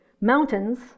mountains